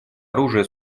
оружие